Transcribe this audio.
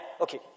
okay